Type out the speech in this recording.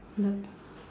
like